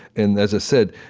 and as i said,